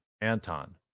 Anton